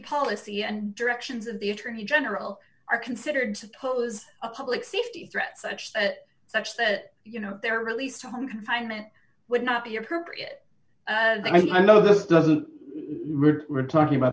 policy and directions of the attorney general are considered suppose a public safety threat such that such that you know they're released on confinement would not be appropriate and i know this doesn't refer talking about